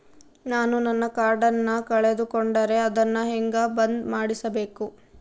ನಾನು ನನ್ನ ಕಾರ್ಡನ್ನ ಕಳೆದುಕೊಂಡರೆ ಅದನ್ನ ಹೆಂಗ ಬಂದ್ ಮಾಡಿಸಬೇಕು?